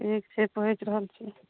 ठीक छै पहुँचि रहल छी